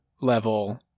level